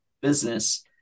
business